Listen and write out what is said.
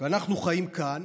ואנחנו חיים כאן.